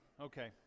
Okay